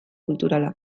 kulturala